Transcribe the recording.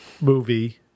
movie